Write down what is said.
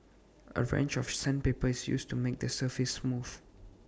A range of sandpaper is used to make the surface smooth